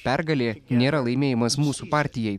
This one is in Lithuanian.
pergalė nėra laimėjimas mūsų partijai